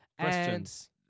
Questions